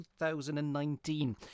2019